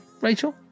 rachel